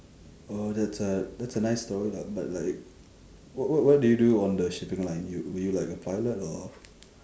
oh that's a that's a nice story lah but like wha~ wha~ what do you do on the shipping line you were you like a pilot or